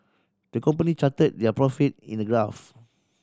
the company charted their profit in a graph